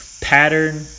pattern